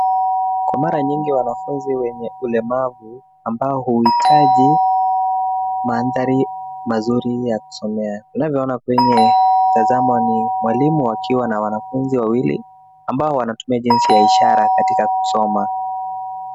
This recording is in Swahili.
Kwa mara nyingi wanafunzi wenye ulemavu ambao huitaji mandhari mazuri ya kusomea, tunavyoona kwenye mtazamo huu, mwalimu akiwa na wanafunzi wawili ambao wanatumia jinsi ya ishara katika kusoma.